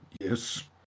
yes